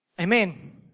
Amen